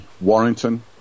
Warrington